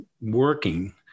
working